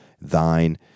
thine